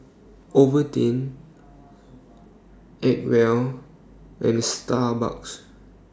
Ovaltine Acwell and Starbucks